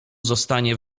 zostanie